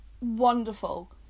Wonderful